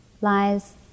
lies